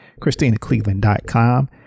ChristinaCleveland.com